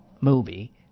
movie